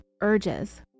urges